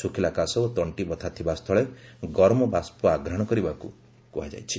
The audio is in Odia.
ସୁଖିଲା କାସ ଓ ତଣ୍ଟି ବଥା ଥିବା ସ୍ଥୁଳେ ଗରମ ବାଷ୍ପ ଆଘ୍ରାଣ କରିବାକୁ କୁହାଯାଇଛି